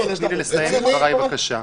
לי לסיים את דבריי, בבקשה.